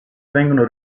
vengono